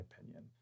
opinion